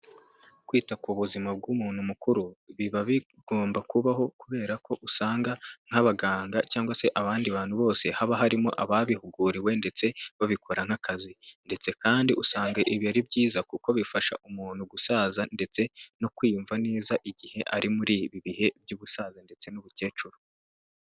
Kwita ku buzima bw'umuntu mukuru biba bigomba kubaho, kubera ko usanga nk'abaganga cyangwa se abandi bantu bose haba harimo ababihuguriwe ndetse babikora nk'akazi. Ndetse kandi usanga ibi ari byiza kuko bifasha umuntu gusaza ndetse no kwiyumva neza, igihe ari muri ibi bihe by'ubusaza ndetse n'ubukecuru.